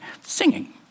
singing